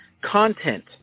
content